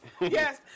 Yes